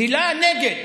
הילה, נגד.